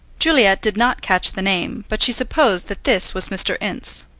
juliet did not catch the name, but she supposed that this was mr. ince.